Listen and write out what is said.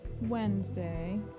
Wednesday